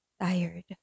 tired